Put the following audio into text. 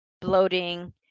bloating